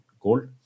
gold